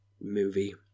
movie